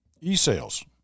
e-sales